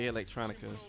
Electronica